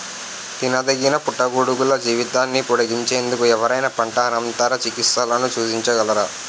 తినదగిన పుట్టగొడుగుల జీవితాన్ని పొడిగించేందుకు ఎవరైనా పంట అనంతర చికిత్సలను సూచించగలరా?